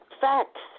Facts